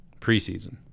preseason